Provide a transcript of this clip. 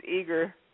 eager